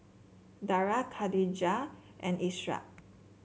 Dara Katijah and Ishak